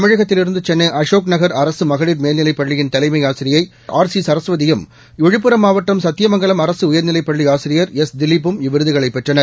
தமிழகத்திலிருந்து சென்ளை அசோக் நகர் அரசு மகளிர் மேல்நிலைப் பள்ளியின் தலைமை ஆசிரியை ஆர் சி சரஸ்வதியும் விழுப்புரம் மாவட்டம் சத்தியமங்கலம் அரசு உயர்நிலைப் பள்ளி ஆசிரியர் எஸ் திலீப் பும் இவ்விருதுகளை பெற்றனர்